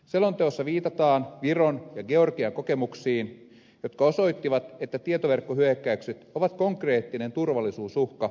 selonteossa viitataan viron ja georgian kokemuksiin jotka osoittivat että tietoverkkohyökkäykset ovat konkreettinen turvallisuusuhka myös suomelle